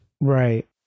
right